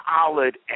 Solid